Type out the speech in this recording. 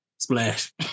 splash